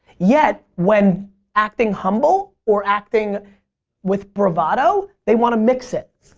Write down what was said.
yet when acting humble or acting with bravado, they want to mix it.